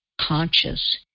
conscious